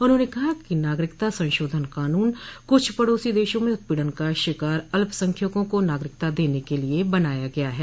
उन्होंने कहा कि नागरिकता संशोधन कानून कूछ पड़ोसी देशों में उत्पीड़न का शिकार अल्पसंख्यकों को नागरिकता देने के लिये बनाया गया है